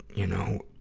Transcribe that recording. you know,